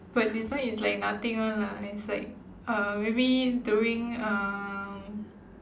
but this one is like nothing [one] lah it's like uh maybe during um